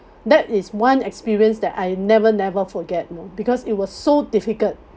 that is one experience that I never never forget you know because it was so difficult